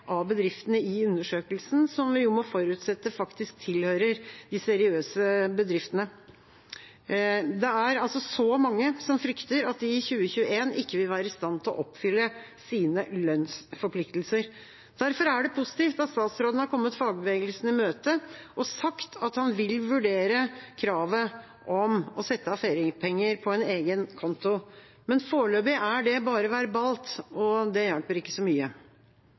av bedriftene i undersøkelsen, som vi må forutsette faktisk tilhører de seriøse bedriftene. Det er altså så mange som frykter at de i 2021 ikke vil være i stand til å oppfylle sine lønnsforpliktelser. Derfor er det positivt at statsråden har kommet fagbevegelsen i møte og sagt at han vil vurdere kravet om å sette av feriepenger på en egen konto. Men foreløpig er det bare verbalt, og det hjelper ikke så mye.